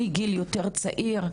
מגיל יותר צעיר,